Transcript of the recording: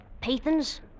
Pathans